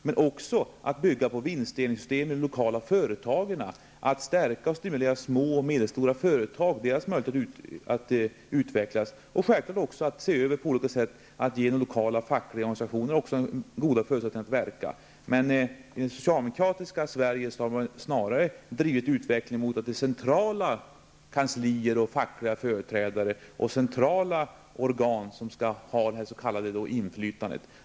Men vi vill också ha ett vinstdelningssystem i de lokala företagen. Vi vill stärka små och medelstora företags möjligheter att utvecklas. Dessutom måste också lokala fackliga organisationer ges möjligheter att verka. I det socialdemokratiska Sverige har utvecklingen snarast drivits mot att centrala kanliser med sina fackliga företrädare liksom andra centrala organ givits ett stort inflytande.